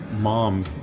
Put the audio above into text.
mom